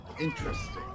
interesting